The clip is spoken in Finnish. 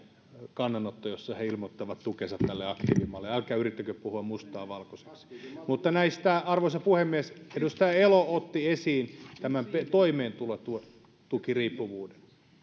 kannanotto jossa he ilmoittavat tukensa tälle aktiivimallille älkää yrittäkö puhua mustaa valkoiseksi arvoisa puhemies edustaja elo otti esiin toimeentulotukiriippuvuuden